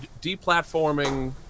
deplatforming